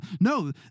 No